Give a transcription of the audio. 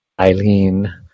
Eileen